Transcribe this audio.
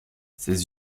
ses